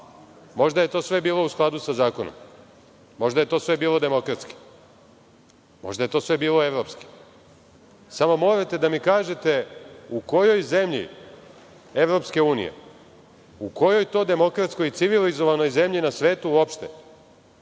Možda je sve to bilo u skladu sa zakonom, možda je sve to bilo demokratski, možda je sve to bilo evropski, samo morate da mi kažete u kojoj zemlji Evropske unije, u kojoj to demokratskoj, civilizovanoj zemlji na svetu uopšte,